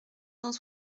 cent